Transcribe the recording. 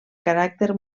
caràcter